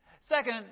Second